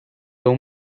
veu